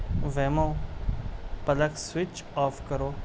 ویمو plug switch off کرو